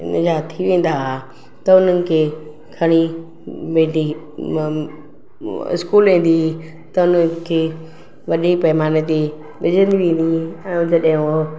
इनजा थी वेंदा हुआ त उन्हनि खे खणी बेटी अं स्कूल वेंदी हुई त उनखे वॾे पैमाने ते विझंदी वेंदी हुई